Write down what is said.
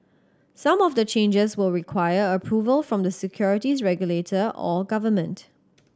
some of the changes will require approval from the securities regulator or government